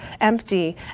empty